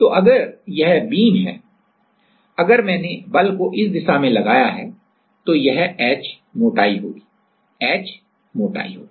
तो अगर यह एक बीम है अगर मैंने बल को इस दिशा में लगाया है तो यह h मोटाई होगी h यह मोटाई होगी